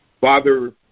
Father